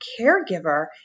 caregiver